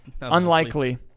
unlikely